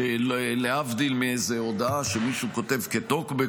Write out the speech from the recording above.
להבדיל מאיזו הודעה שמישהו כותב כטוקבק,